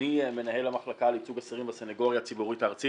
אני מנהל המחלקה לייצוג השרים בסנגוריה הציבורית הארצית.